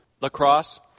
lacrosse